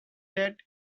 that